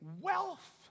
wealth